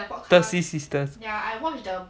thirsty sisters